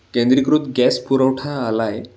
केंद्रीकृत गॅस पुरवठा आला आहे